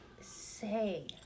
say